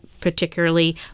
particularly